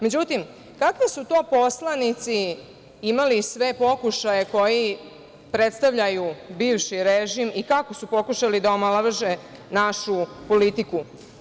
Međutim, kakve su to poslanici imali sve pokušaje koji predstavljaju bivši režim i kako su pokušali da omalovaže našu politiku?